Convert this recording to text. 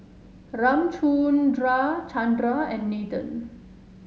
Ramchundra Chandra and Nathan